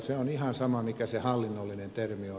se on ihan sama mikä se hallinnollinen termi on